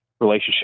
relationship